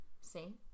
see